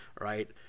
right